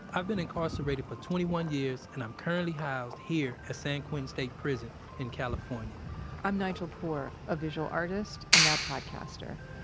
i've been incarcerated for twenty one years and i'm currently housed here at ah san quentin state prison in california i'm nigel poor, a visual artist and now podcaster.